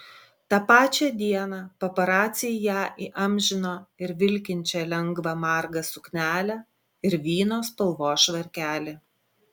tą pačią dieną paparaciai ją įamžino ir vilkinčią lengvą margą suknelę ir vyno spalvos švarkelį